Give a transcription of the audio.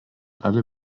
alle